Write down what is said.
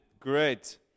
Great